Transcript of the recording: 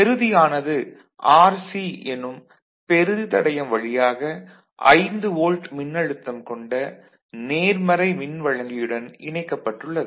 பெறுதி ஆனது Rc எனும் பெறுதி தடையம் வழியாக 5 வோல்ட் மின்னழுத்தம் கொண்ட நேர்மறை மின் வழங்கியுடன் இணைக்கப்பட்டுள்ளது